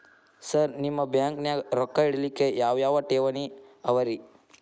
Sir ನಿಮ್ಮ ಬ್ಯಾಂಕನಾಗ ರೊಕ್ಕ ಇಡಲಿಕ್ಕೆ ಯಾವ್ ಯಾವ್ ಠೇವಣಿ ಅವ ರಿ?